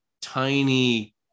tiny